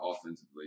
offensively